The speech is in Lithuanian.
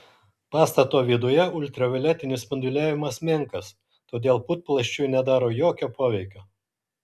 pastato viduje ultravioletinis spinduliavimas menkas todėl putplasčiui nedaro jokio poveikio